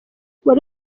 wari